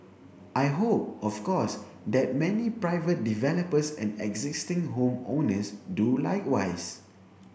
I hope of course that many private developers and existing home owners do likewise